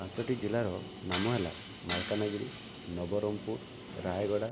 ପାଞ୍ଚଟି ଜିଲ୍ଲାର ନାମ ହେଲା ମାଲକାନାଗିରି ନବରଙ୍ଗପୁର ରାୟଗଡ଼ା